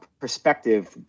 perspective